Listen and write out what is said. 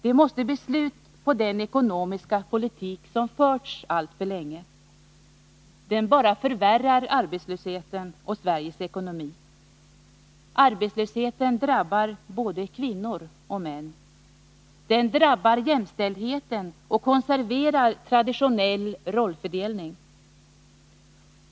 Det måste bli ett slut på den ekonomiska politik som förts alltför länge. Den bara förvärrar arbetslösheten och Sveriges ekonomi. Arbetslösheten drabbar både kvinnor och män. Den drabbar jämställdheten och konserverar traditionell rollfördelning.